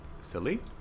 silly